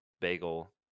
Bagel